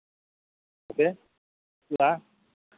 ᱦᱮᱸ ᱥᱮ